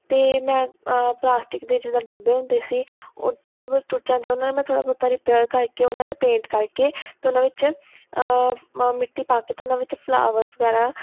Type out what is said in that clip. ਅਤੇ ਮੈਂ ਪਲਾਸਟਿਕ ਦੇ ਜਿੱਦਾਂ ਡੱਬੇ ਹੁੰਦੇ ਸੀ ਉਹ ਥੋੜ੍ਹੇ ਬਹੁਤ ਟੁੱਟ ਜਾਂਦੇ ਉਹਨਾਂ ਨੂੰ ਮੈਂ ਥੋੜ੍ਹਾ ਬਹੁਤਾ ਰਿਪੀਅਰ ਕਰਕੇ ਉਹਨਾਂ 'ਤੇ ਪੇਂਟ ਕਰਕੇ ਅਤੇ ਉਹਨਾਂ ਵਿੱਚ ਮ ਮਿੱਟੀ ਪਾ ਕੇ ਅਤੇ ਉਹਨਾਂ ਵਿੱਚ ਫਲਾਵਰ ਵਗੈਰਾ